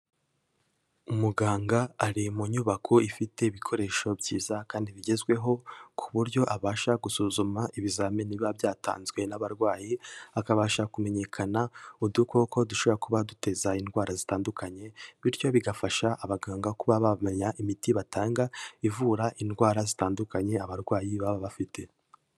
Umuganga ari mu nyubako ifite ibikoresho byiza, kandi bigezweho, ku buryo abasha gusuzuma ibizamini biba byatanzwe n'abarwayi, akabasha kumenyekana udukoko dushobora kuba duteza indwara zitandukanye, bityo bigafasha abaganga kuba bamenya imiti batanga, ivura indwara zitandukanye, abarwayi baba bafite.